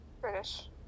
british